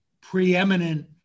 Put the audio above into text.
preeminent